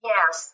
Yes